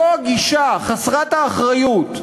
זו הגישה חסרת האחריות,